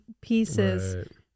pieces